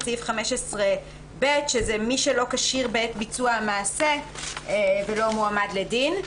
סעיף 15(ה) שזה מי שלא כשיר בעת ביצוע המעשה ולא מועמד לדין.